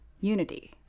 unity